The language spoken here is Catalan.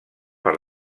per